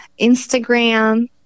Instagram